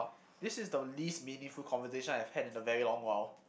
this is the least meaningful conversation I have had in a very long while